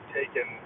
taken